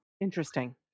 interesting